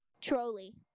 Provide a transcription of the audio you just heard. Trolley